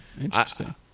Interesting